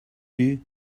you